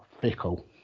fickle